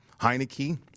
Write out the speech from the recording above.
Heineke